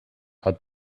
hat